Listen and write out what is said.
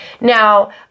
Now